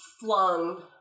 flung